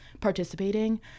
participating